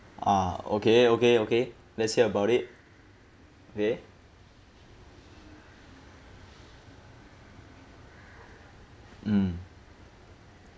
ah okay okay okay let's hear about it okay mm